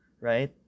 right